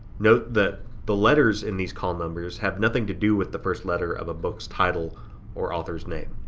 note that the letters in these call numbers have nothing to do with the first letter of a book's title or author's name.